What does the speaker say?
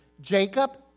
Jacob